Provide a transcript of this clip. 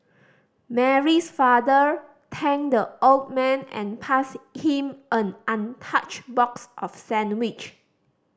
Mary's father thanked the old man and passed him an untouched box of sandwich